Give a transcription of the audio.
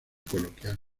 coloquial